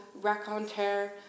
raconter